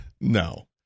No